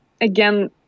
Again